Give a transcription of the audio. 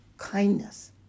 kindness